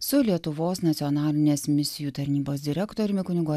su lietuvos nacionalinės misijų tarnybos direktoriumi kunigu